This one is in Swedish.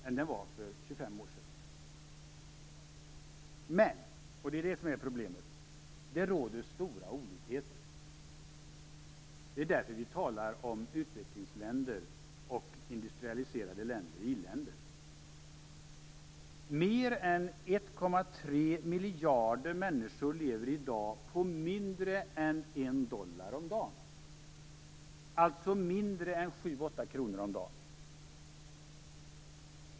Men det råder stora olikheter. Det är det som är problemet. Det är därför vi talar om utvecklingsländer och industrialiserade länder, i-länder. Mer än 1,3 miljarder människor lever i dag på mindre än 1 dollar om dagen, alltså mindre än 7 8 kronor om dagen.